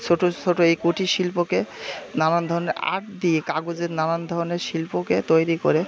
ছোটো ছোটো এই কুটির শিল্পকে নানান ধরনের আর্ট দিয়ে কাগজের নানান ধরনের শিল্পকে তৈরি করে